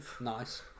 nice